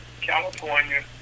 California